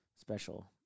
special